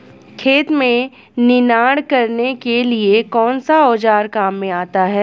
खेत में निनाण करने के लिए कौनसा औज़ार काम में आता है?